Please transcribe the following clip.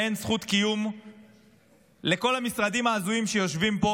ואין זכות קיום לכל המשרדים ההזויים שיושבים פה